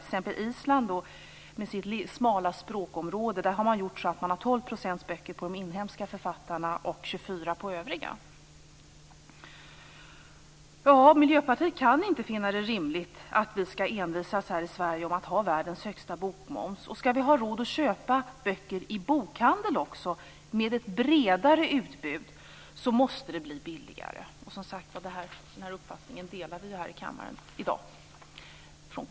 T.ex. i Island med sitt smala språkområde har man 12 % moms på böcker av inhemska författare och 24 % på övriga. Miljöpartiet finner det inte rimligt att vi här i Sverige skall envisas med att ha världens högsta bokmoms. Skall vi ha råd att köpa böcker också i bokhandeln som har ett bredare utbud måste böcker bli billigare. Som sagt: Vi från kulturutskottet delar den uppfattningen.